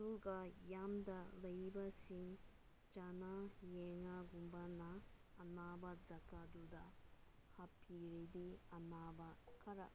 ꯑꯗꯨꯒ ꯌꯥꯝꯗ ꯂꯩꯕꯁꯤꯡ ꯆꯅꯥ ꯌꯦꯉꯥꯒꯨꯝꯕꯅ ꯑꯅꯥꯕ ꯖꯥꯒꯥꯗꯨꯗ ꯍꯥꯞꯄꯤꯔꯗꯤ ꯑꯅꯥꯕ ꯈꯔ